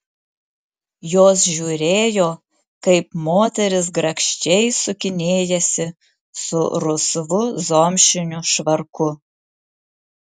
jos žiūrėjo kaip moteris grakščiai sukinėjasi su rusvu zomšiniu švarku